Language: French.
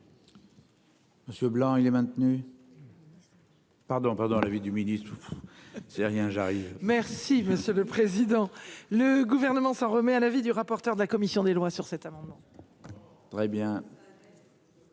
Monsieur Blanc il est maintenu. Pardon, pardon. L'avis du ministre. C'est rien j'arrive. Merci monsieur le président. Le gouvernement s'en remet à l'avis du rapporteur de la commission des lois sur cet amendement. Très bien.